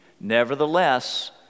nevertheless